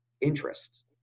interest